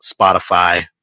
Spotify